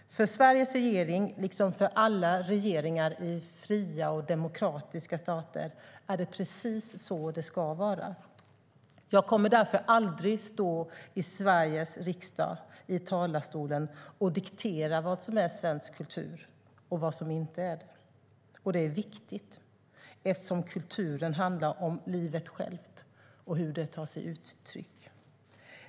För Sveriges regering, liksom för alla regeringar i fria och demokratiska stater, är det precis så det ska vara. Jag kommer därför aldrig att stå i talarstolen i Sveriges riksdag och diktera vad som är svensk kultur och vad som inte är det. Det är viktigt, eftersom kulturen handlar om livet självt och hur det tar sig uttryck.